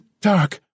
dark